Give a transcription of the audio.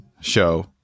show